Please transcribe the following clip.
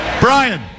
Brian